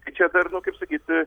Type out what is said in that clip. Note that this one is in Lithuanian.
tai čia dar nu kaip sakyti